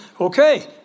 Okay